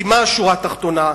כי מה השורה התחתונה?